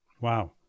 Wow